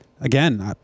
again